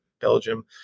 Belgium